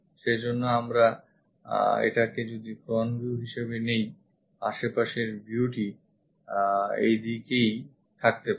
সেজন্য আমরা এটাকে যদি front view হিসেবে নিই আশেপাশের view টি এইদিকে থাকতে পারে